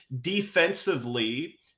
defensively